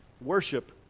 worship